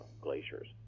glaciers